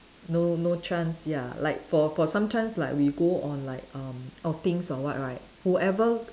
no no chance ya like for for sometimes like we go on like um outings or what right whoever